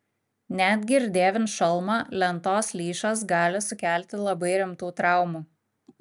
netgi ir dėvint šalmą lentos lyšas gali sukelti labai rimtų traumų